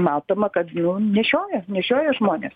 matoma nu nešioja nešioja žmonės